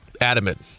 adamant